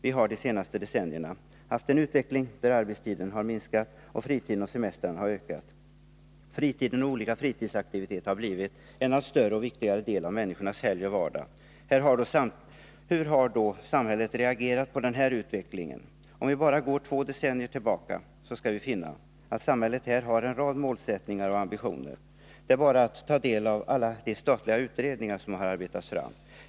Vi har de senaste decennierna haft en utveckling där arbetstiden har minskat och fritiden och semestrarna har ökat. Fritiden och olika fritidsaktiviteter har blivit en allt större och viktigare del av Nr 37 människornas helg och vardag. Torsdagen den Hur har då samhället reagerat på den här utvecklingen? Om vi bara går två 26 november 1981 decennier tillbaka, så skall vi finna att samhället här har en rad målsättningar och ambitioner. Det är bara att ta del av alla de statliga utredningar som har arbetats fram.